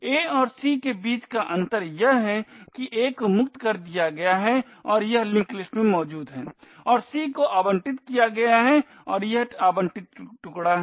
A और c के बीच का अंतर यह है कि a को मुक्त कर दिया गया है और यह लिंक लिस्ट में मौजूद है और c को आवंटित किया गया है और यह एक आवंटित टुकड़ा है